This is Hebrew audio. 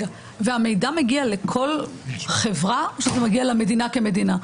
והמידע מגיע לכל חברה או שזה מגיע למדינה כמדינה?